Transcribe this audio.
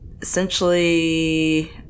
essentially